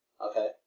Okay